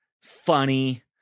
funny